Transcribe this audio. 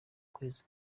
kwezi